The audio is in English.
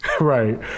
Right